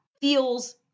feels